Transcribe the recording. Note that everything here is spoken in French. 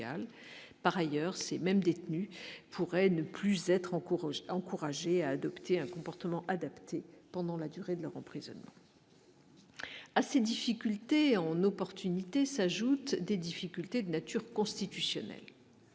par ailleurs, ces mêmes détenus pourraient ne plus être en cours encouragés à adopter un comportement adapté pendant la durée de l'emprisonnement à ces difficultés en opportunité s'ajoutent des difficultés de nature constitutionnelle,